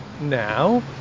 now